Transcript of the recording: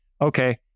okay